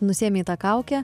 nusiėmei tą kaukę